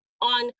on